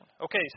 Okay